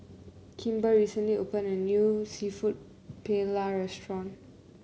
Kimber recently opened a new seafood Paella restaurant